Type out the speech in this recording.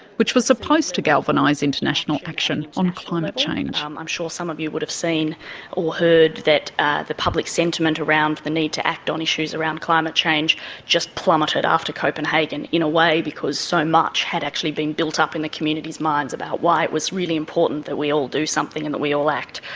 which were supposed to galvanise international action on climate change. um i'm sure some of you would have seen or heard that ah the public sentiment around the need to act on issues around climate change just plummeted after copenhagen, in a way because so much had actually been built up in the community's minds about why it was really important that we all do something and that we all act.